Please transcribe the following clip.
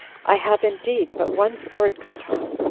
i have indeed but one sword girt on,